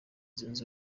zunze